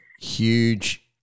huge